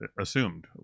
assumed